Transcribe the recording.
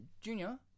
Junior